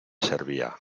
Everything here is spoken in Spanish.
servía